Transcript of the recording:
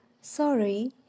Sorry